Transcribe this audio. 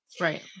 Right